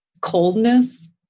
coldness